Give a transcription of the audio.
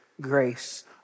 grace